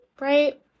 Right